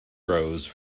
rose